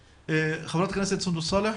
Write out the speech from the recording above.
חברת הכנסת סונדוס סאלח.